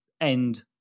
end